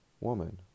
Woman